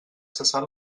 cessat